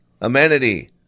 Amenity